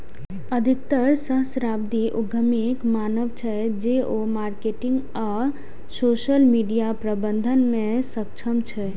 अधिकतर सहस्राब्दी उद्यमीक मानब छै, जे ओ मार्केटिंग आ सोशल मीडिया प्रबंधन मे सक्षम छै